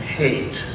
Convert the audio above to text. hate